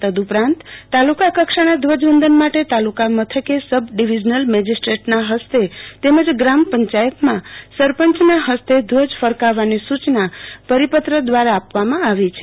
તદ ઉપરાંત તાલુકા કક્ષાના ધ્વજવંદન માટે તાલકા મથકે સબ ડીવીઝનલ મેજિસ્ટ્રટના હસ્તે તેમજ ગ્રામ પંચાયતમાં સરપંચના હસ્તે ધ્વજ ફરકાવવાની સુચના પરિપત્ર દવારા આપવામાં આવી છે